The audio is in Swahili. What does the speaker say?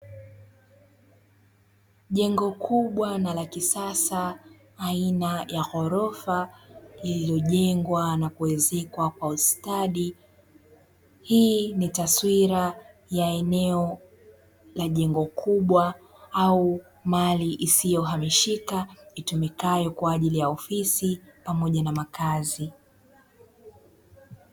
Jengo kubwa na la kisasa aina ya ghorofa lililojengwa na kuezekwa kwa ustadi, hii ni taswira ya eneo ya jengo kubwa au mali isiyohamishika itumikayo kwa ajili ya ofisi pamoja na makazi.